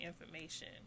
information